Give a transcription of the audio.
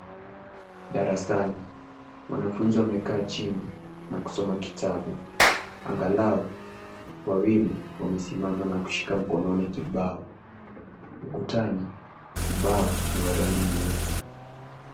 Darasani, wanafunzi wamekaa chini na kusoma kitabu, angalau wawili wamesimama na kushika mkononi kibao. Ukutani, ubao ni wa rangi nyeusi.